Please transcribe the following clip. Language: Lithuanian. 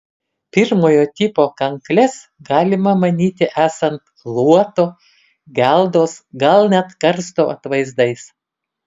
pirmojo tipo kankles galima manyti esant luoto geldos gal net karsto atvaizdais